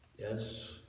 Yes